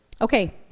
Okay